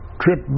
trip